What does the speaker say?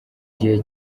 gihe